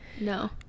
No